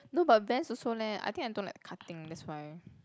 no but Vans also leh I think I don't like the cutting that's why